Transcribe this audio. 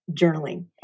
journaling